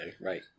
right